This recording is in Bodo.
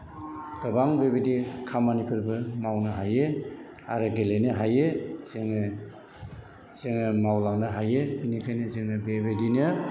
गोबां बे बायदि खामानिफोरबो मावनो हायो आरो गेलेनो हायो जोङो जोङो मावलांनो हायो बेनिखायनो जोङो बे बायदिनो